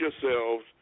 yourselves